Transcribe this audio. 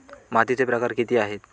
मातीचे प्रकार किती आहेत?